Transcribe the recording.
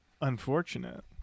Unfortunate